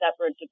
separate